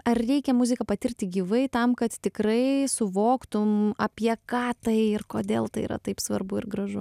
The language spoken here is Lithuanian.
ar reikia muzika patirti gyvai tam kad tikrai suvoktum apie ką tai ir kodėl tai yra taip svarbu ir gražu